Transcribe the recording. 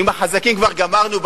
עם החזקים כבר גמרנו,